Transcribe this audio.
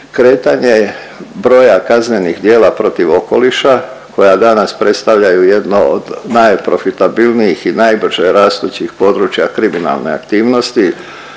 kretanje broja kaznenih djela protiv okoliša koja danas predstavljaju jedno od najprofitabilnijih i najbrže rastućih područja kriminalne aktivnosti,